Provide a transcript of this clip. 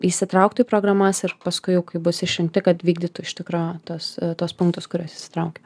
įsitrauktų į programas ir paskui jau kai bus išrinkti kad vykdytų ištikro tas tuos punktus kuriuos įsitraukia